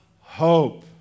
hope